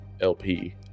LP